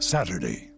Saturday